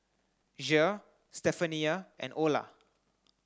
Jere Stephania and Ola